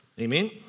Amen